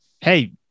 Hey